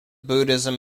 buddhism